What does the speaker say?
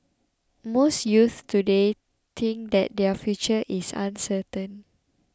most youths today think that their future is uncertain